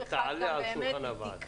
-- יום אחד גם באמת תקרה.